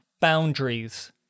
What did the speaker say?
boundaries